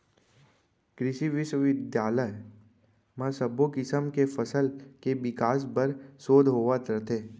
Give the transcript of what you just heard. कृसि बिस्वबिद्यालय म सब्बो किसम के फसल के बिकास बर सोध होवत रथे